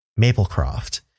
Maplecroft